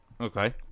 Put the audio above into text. Okay